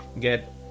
get